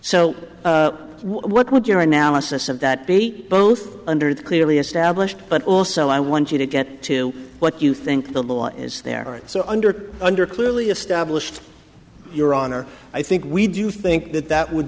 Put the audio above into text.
so what would your analysis of that be both under the clearly established but also i want you to get to what you think the law is there so under under clearly established your honor i think we do think that that would